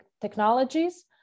technologies